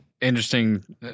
interesting